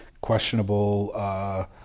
questionable